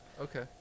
Okay